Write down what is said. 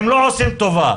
והם לא עושים טובה,